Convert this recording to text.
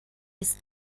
ist